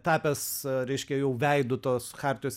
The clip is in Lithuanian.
tapęs reiškia jau veidu tos chartijos